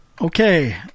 Okay